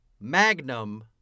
Magnum